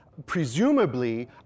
presumably